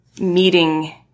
meeting